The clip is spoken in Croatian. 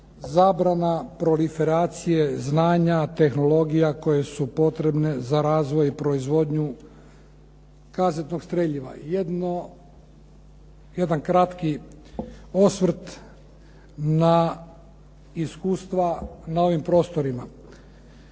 zabrana proliferacije znanja tehnologija koje su potrebne za razvoj i proizvodnju kazetnog streljiva. Jedan kratki osvrt na iskustva na ovim prostorima.